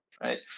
right